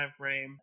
timeframe